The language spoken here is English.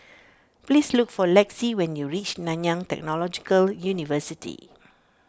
please look for Lexi when you reach Nanyang Technological University